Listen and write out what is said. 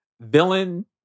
villain